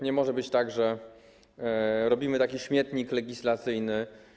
Nie może być tak, że robimy taki śmietnik legislacyjny.